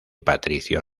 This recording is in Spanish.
patricio